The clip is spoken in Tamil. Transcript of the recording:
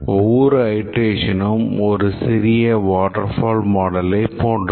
ஒவ்வொரு அயிரேட்ஷனும் ஒரு சிறிய வாட்டர்ஃபால் மாடலை போன்றது